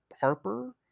Harper